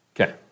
Okay